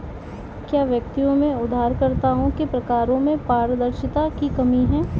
क्या व्यक्तियों में उधारकर्ताओं के प्रकारों में पारदर्शिता की कमी है?